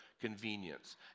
Convenience